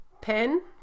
Pen